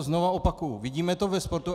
Znovu opakuji vidíme to ve sportu.